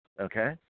Okay